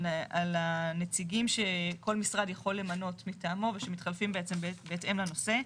מדובר על הנציגים שכל משרד יכול למנות מטעמו שמתחלפים בהתאם לנושא.